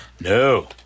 No